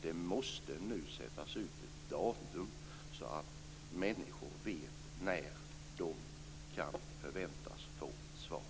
Det måste nu sättas ut ett datum, så att människor vet när de kan förvänta sig ett svar.